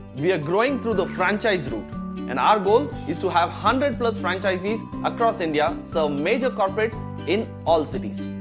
we are growing through the franchise route and our goal is to have hundred plus franchisees across india some so major corporate in all cities.